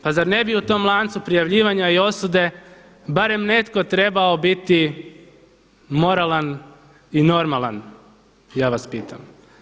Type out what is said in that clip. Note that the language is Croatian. Pa zar ne bi u tom lancu prijavljivanja i osude barem netko trebao biti moralan i normalan, ja vas pitam?